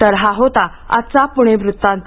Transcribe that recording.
तर हा होता आजचा पुणे वृत्तांत